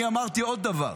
אני אמרתי עוד דבר.